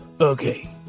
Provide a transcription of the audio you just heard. okay